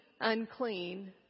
unclean